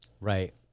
Right